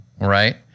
right